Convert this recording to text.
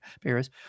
Paris